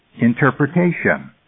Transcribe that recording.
interpretation